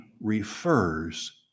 refers